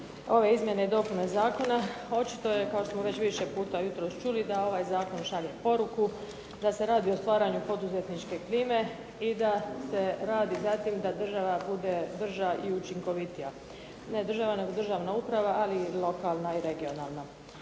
ove Izmjene i dopune Zakona. Očito je da kao što smo već više puta jutros čuli da ovaj Zakon šalje poruku da se radi o stvaranju poduzetničke klime i da se radi za tim da država bude brža i učinkovitija. Ne država nego državna uprava ali i lokalna i regionalna.